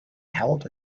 held